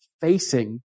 facing